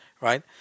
right